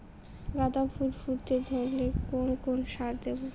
গাদা ফুল ফুটতে ধরলে কোন কোন সার দেব?